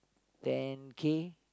ten K